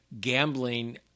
gambling